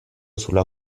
sulla